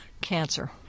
cancer